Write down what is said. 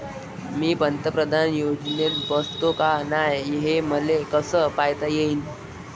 मी पंतप्रधान योजनेत बसतो का नाय, हे मले कस पायता येईन?